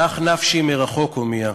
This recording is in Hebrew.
לך נפשי מרחוק הומייה.